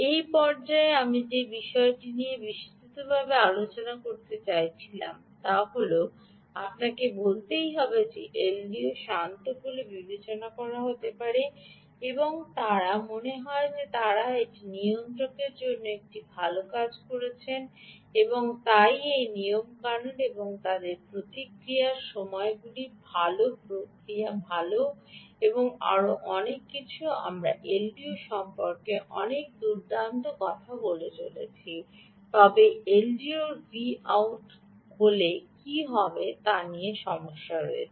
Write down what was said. এই পর্যায়ে আমি যে বিষয়টি বিস্তারিতভাবে জানাতে চাইছিলাম তা হল আপনাকে বলতেই হবে যে এলডিওকে শান্ত বলে বিবেচনা করা হতে পারে এবং মনে হয় যে তারা নিয়ন্ত্রণের একটি ভাল কাজ করছেন এবং তাই নিয়মকানুন এবং তাদের প্রতিক্রিয়া সময়গুলি ভাল প্রতিক্রিয়া এবং আরও অনেক কিছু আমরা এলডিও সম্পর্কে অনেকগুলি দুর্দান্ত কথা বলে চলেছি তবে এলডিওর Vout হলে কী হয় তা নিয়ে সমস্যা রয়েছে